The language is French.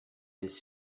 des